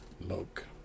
Look